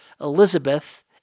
Elizabeth